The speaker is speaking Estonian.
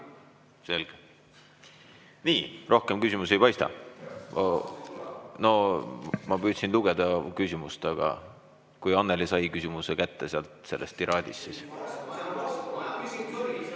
Selge. Nii. Rohkem küsimusi ei paista. No ma püüdsin lugeda küsimust, aga kui Annely sai küsimuse kätte sealt sellest tiraadist, siis ...